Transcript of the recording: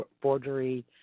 forgery